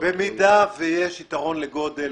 במידה ויש יתרון לגודל,